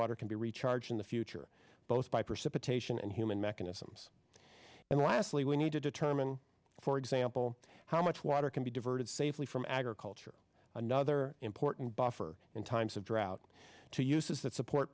groundwater can be recharged in the future both by precipitation and human mechanisms and lastly we need to determine for example how much water can be diverted safely from agriculture another important buffer in times of drought to uses that support